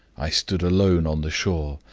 i stood alone on the shore,